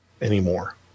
anymore